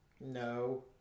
no